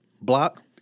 block